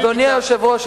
אדוני היושב-ראש,